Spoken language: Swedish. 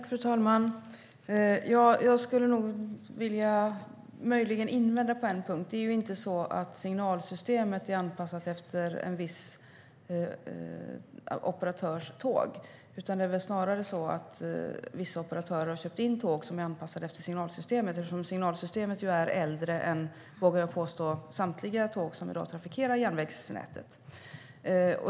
Fru talman! Jag skulle möjligen vilja invända på en punkt. Det är inte så att signalsystemet är anpassat efter en viss operatörs tåg, utan snarare har vissa operatörer köpt in tåg som är anpassade efter signalsystemet eftersom signalsystemet ju är äldre än, vågar jag påstå, samtliga tåg som i dag trafikerar järnvägsnätet.